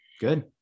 Good